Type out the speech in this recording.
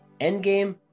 Endgame